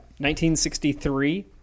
1963